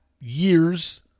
year's